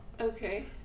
Okay